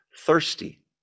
thirsty